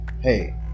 Hey